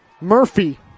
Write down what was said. Murphy